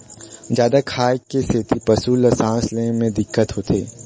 जादा खाए के सेती पशु ल सांस ले म दिक्कत होथे